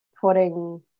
putting